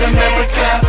America